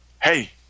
Hey